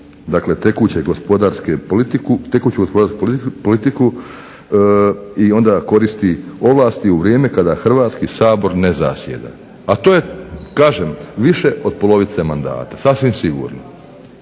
Dakle, tekuću gospodarsku politiku i onda koristi ovlasti u vrijeme kada Hrvatski sabor ne zasjeda a to je kažem više od polovice mandata, sasvim sigurno.